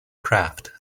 craft